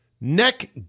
neck